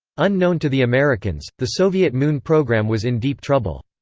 unknown to the americans, the soviet moon program was in deep trouble.